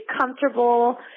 comfortable